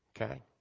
Okay